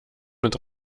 mit